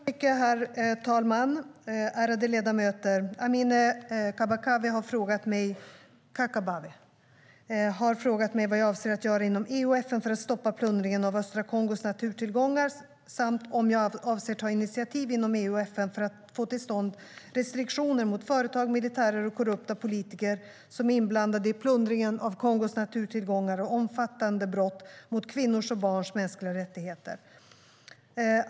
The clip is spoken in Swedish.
Herr talman! Ärade ledamöter! Amineh Kakabaveh har frågat mig vad jag avser att göra inom EU och FN för att stoppa plundringen av östra Kongos naturtillgångar samt om jag avser att ta initiativ inom EU och FN för att få till stånd restriktioner mot företag, militärer och korrupta politiker som är inblandade i plundringen av Kongos naturtillgångar och omfattande brott mot kvinnors och barns mänskliga rättigheter.